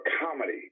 comedy